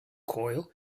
coil